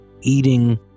eating